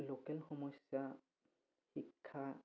local সমস্যা শিক্ষা